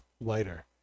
lighter